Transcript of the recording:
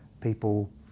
people